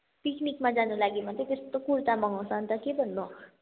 पिकनिकमा जानुको लागि मात्रै त्यस्तो कुर्ता मगाउँछ अनि त के भन्नु